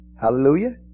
Hallelujah